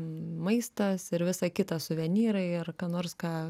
maistas ir visa kita suvenyrai ir ką nors ką